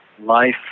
life